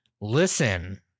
listen